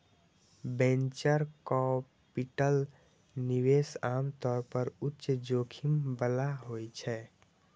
venture capital निवेश आम तौर पर उच्च जोखिम बला होइ छै